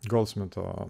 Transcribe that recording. gal smito